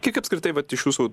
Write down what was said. kiek apskritai vat iš jūsų